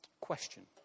Question